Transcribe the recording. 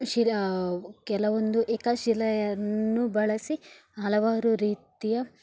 ಶಿಲೆ ಕೆಲವೊಂದು ಏಕ ಶಿಲೆಯನ್ನು ಬಳಸಿ ಹಲವಾರು ರೀತಿಯ